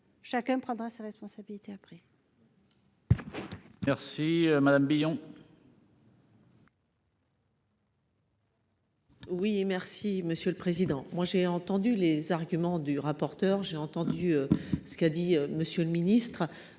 chacun prendra ses responsabilités après. Merci Madame Billon. Oui, et merci Monsieur le Président, moi j'ai entendu les arguments du rapporteur, j'ai entendu ce qu'a dit Monsieur le Ministre,